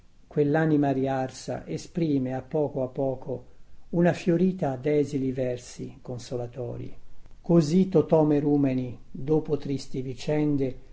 quellanima riarsa esprime a poco a poco una fiorita desili versi consolatori v così totò merùmeni dopo tristi vicende